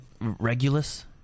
Regulus